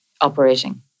operating